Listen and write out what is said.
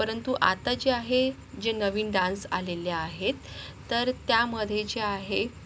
परंतु आता जे आहे जे नवीन डान्स आलेले आहेत तर त्यामध्ये जे आहे